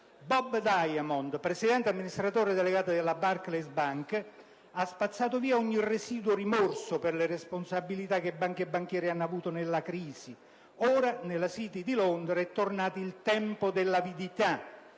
Bob Diamond, presidente e amministratore delegato della Barclays Bank, ha spazzato via ogni residuo rimorso per le responsabilità che banche e banchieri hanno avuto nella crisi. Ora nella City di Londra è tornato il tempo dell'avidità,